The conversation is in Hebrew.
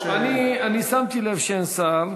אני שמתי לב שאין שר.